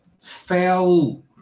fell